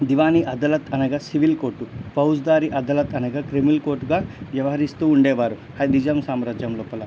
దివానీ అదలత్ అనగా civil court ఫౌజ్దారి అదలత్ అనగా క్రిమినల్ కోర్టుగా వ్యవహరిస్తూ ఉండేవారు అది నిజాం సామ్రాజ్యం లోపల